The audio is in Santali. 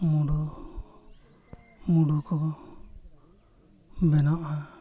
ᱢᱩᱰᱩ ᱢᱩᱰᱩ ᱠᱚᱦᱚᱸ ᱵᱮᱱᱟᱜᱼᱟ